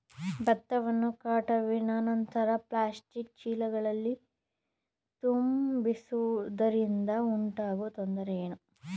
ಭತ್ತವನ್ನು ಕಟಾವಿನ ನಂತರ ಪ್ಲಾಸ್ಟಿಕ್ ಚೀಲಗಳಲ್ಲಿ ತುಂಬಿಸಿಡುವುದರಿಂದ ಉಂಟಾಗುವ ತೊಂದರೆ ಏನು?